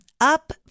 Up